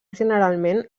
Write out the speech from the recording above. generalment